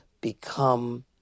become